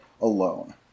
alone